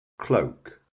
Cloak